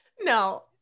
No